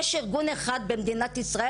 יש ארגון אחד במדינת ישראל,